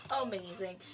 Amazing